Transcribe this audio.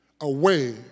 away